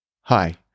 Hi